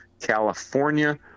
California